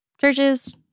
Churches